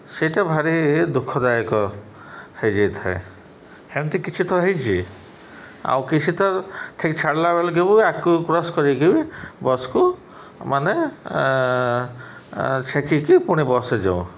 ସେଇଟା ଭାରି ଦୁଃଖଦାୟକ ହୋଇଯାଇଥାଏ ହେମିତି କିଛି ଥର ହୋଇଚି ଆଉ କିଛି ଥର ଠିକ୍ ଛାଡ଼ିଲା ବେଳକୁ ବି ଆଗକୁ କ୍ରସ୍ କରିକି ବି ବସ୍କୁ ମାନେ ଛେକିକି ପୁଣି ବସ୍ରେ ଯାଉ